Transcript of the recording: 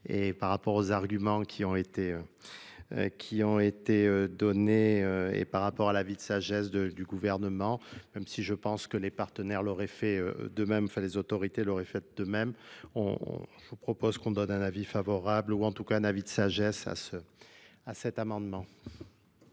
par rapport aux arguments qui ont été euh, euh qui ont été données et par rapport du Gouvernement, même sii je pense que les partenaires l'auraient fait euh d'même enfin, les autorités l'auraient fait de même, je vous propose qu'on donne un avis favorable ou en tout cas un avis de sagesse, à cet amendement,